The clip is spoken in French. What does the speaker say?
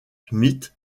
smith